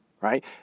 Right